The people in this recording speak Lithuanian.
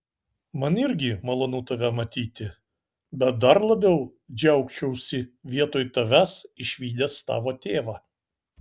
man irgi malonu tave matyti bet dar labiau džiaugčiausi vietoj tavęs išvydęs tavo tėvą